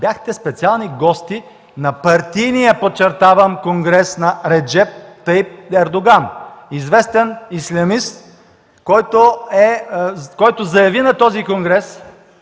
бяхте специални гости на партийния, подчертавам, конгрес на Реджеп Тайип Ердоган – известен ислямист, който заяви на този конгрес